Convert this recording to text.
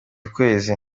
ukwezi